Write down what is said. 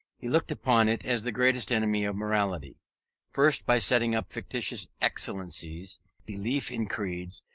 he looked upon it as the greatest enemy of morality first, by setting up fictitious excellences belief in creeds,